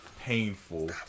painful